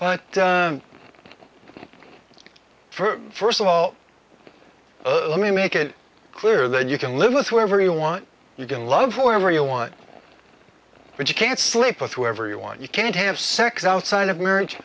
for first of all let me make it clear that you can live with whatever you want you can love for him or you want but you can't sleep with whoever you want you can't have sex outside of marriage